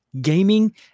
Gaming